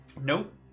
Nope